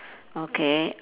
okay